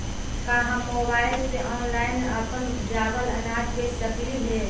का हम मोबाईल से ऑनलाइन अपन उपजावल अनाज बेच सकली हे?